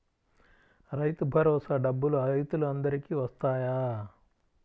రైతు భరోసా డబ్బులు రైతులు అందరికి వస్తాయా?